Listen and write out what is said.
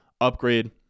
upgrade